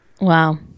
Wow